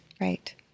Right